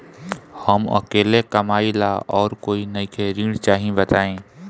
हम अकेले कमाई ला और कोई नइखे ऋण चाही बताई?